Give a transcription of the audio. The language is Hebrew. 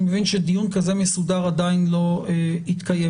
אני מבין שדיון כזה מסודר עדיין לא התקיים,